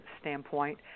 standpoint